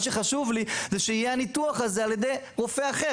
מה שחשוב לי הוא שהניתוח הזה יהיה על ידי רופא אחר,